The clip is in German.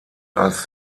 als